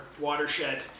watershed